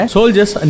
Soldiers